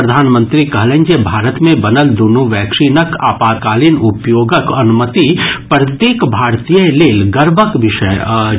प्रधानमंत्री कहलनि जे भारत मे बनल दूनु वैक्सीनक आपातकालीन उपयोगक अनुमति प्रत्येक भारतीय लेल गर्वक विषय अछि